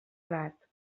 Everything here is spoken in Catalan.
edat